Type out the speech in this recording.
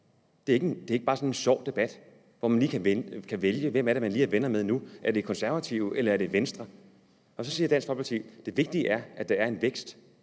Det er ikke bare sådan en sjov debat, hvor man kan vælge, hvem det er, man lige er venner med nu, om det er Konservative, eller om det er Venstre. Så siger Dansk Folkeparti: Det vigtige er, at der er en vækst.